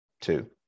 two